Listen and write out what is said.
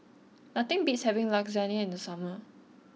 nothing beats having Lasagne in the summer